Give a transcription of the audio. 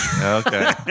Okay